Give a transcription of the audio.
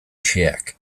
xeheak